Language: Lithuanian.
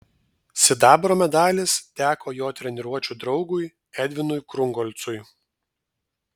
sidabro medalis teko jo treniruočių draugui edvinui krungolcui